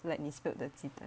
like 你 smelled 的鸡蛋